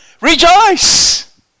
rejoice